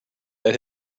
that